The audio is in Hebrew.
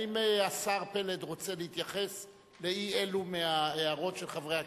האם השר פלד רוצה להתייחס לאי-אלו מההערות של חברי הכנסת?